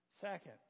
Second